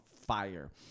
fire